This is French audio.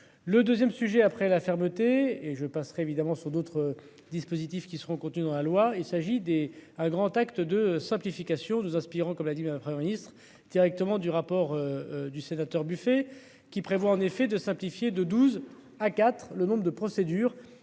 Le 2ème sujet après la fermeté et je passerais évidemment sur d'autres dispositifs qui seront contenues dans la loi, il s'agit des un grand acte de simplification nos aspirants comme l'a dit mais un Premier ministre directement du rapport du sénateur buffet qui prévoit en effet de simplifier, de 12, A4, le nombre de procédures